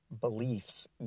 beliefs